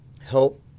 help